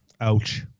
Ouch